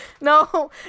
no